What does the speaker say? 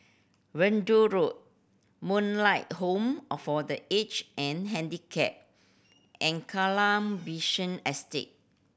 Verdun Road Moonlight Home all for The Aged and Handicapped and Kallang Basin Estate